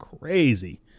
crazy